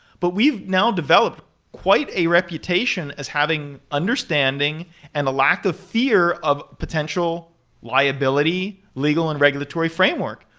but we've now developed quite a reputation as having understanding and a lack of fear of potential liability legal and regulatory framework.